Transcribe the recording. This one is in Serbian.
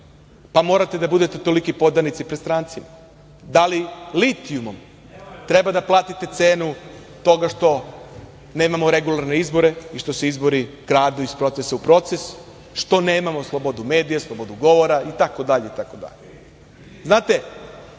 pa morate da budete toliki podanici pred strancima. Da li litijumom treba da platite cenu toga što nemamo regularne izbore i što se izbori kradu iz procesa u proces, što nemamo slobodu medija, slobodu govora i